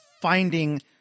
finding